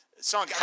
song